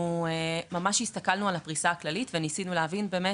אנחנו ממש הסתכלנו על הפריסה הכללית וניסינו להבין באמת,